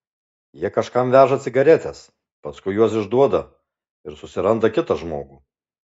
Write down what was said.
jie kažkam veža cigaretes paskui juos išduoda ir susiranda kitą žmogų